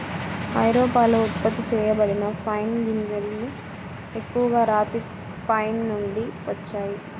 ఐరోపాలో ఉత్పత్తి చేయబడిన పైన్ గింజలు ఎక్కువగా రాతి పైన్ నుండి వచ్చాయి